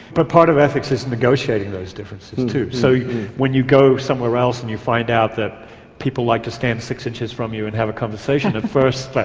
but part of ethics is negotiating those differences too. so when you go somewhere else and you find out that people like to stand six inches from you and have a conversation, at first